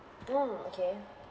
mm okay